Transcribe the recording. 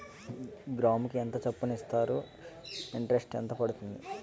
గ్రాముకి ఎంత చప్పున ఇస్తారు? ఇంటరెస్ట్ ఎంత పడుతుంది?